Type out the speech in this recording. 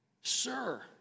Sir